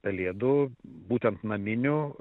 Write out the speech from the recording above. pelėdų būtent naminių